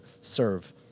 serve